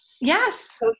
Yes